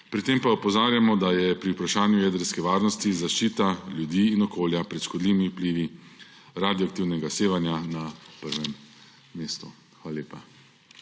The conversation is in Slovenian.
pri tem pa opozarjamo, da je pri vprašanju jedrske varnosti zaščita ljudi in okolja pred škodljivimi vplivi radioaktivnega sevanja na prvem mestu. Hvala lepa.